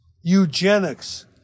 Eugenics